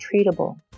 treatable